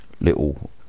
little